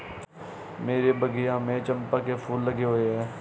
मेरे बगिया में चंपा के फूल लगे हुए हैं